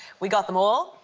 we got them all.